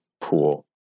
pool